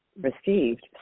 received